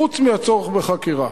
חוץ מהצורך בחקירה.